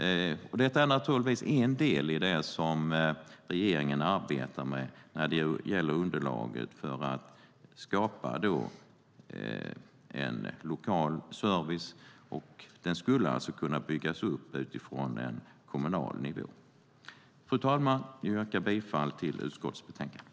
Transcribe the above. Detta är en del i det som regeringen arbetar med när det gäller underlaget för att skapa en lokal service. Den skulle alltså kunna byggas upp utifrån en kommunal nivå. Fru talman! Jag yrkar bifall till förslaget i utskottets betänkande.